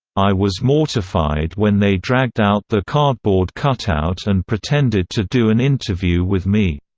i was mortified when they dragged out the cardboard cutout and pretended to do an interview with me.